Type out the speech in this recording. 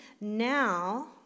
Now